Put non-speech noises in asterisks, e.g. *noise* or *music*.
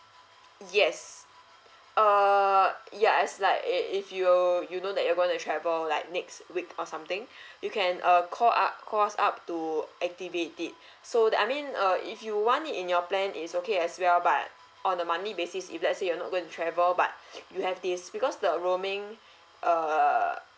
yes err ya as like if if you you know that you're gonna travel like next week or something *breath* you can err call up calls up to activate it so that I mean uh if you want it in your plan it's okay as well but on a monthly basis if let's say you're not going to travel but *breath* you have this because the roaming err